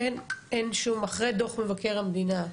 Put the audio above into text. אין שום אחרי דו"ח מבקר המדינה,